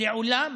לעולם